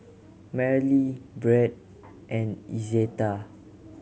Marely Brett and Izetta